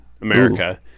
america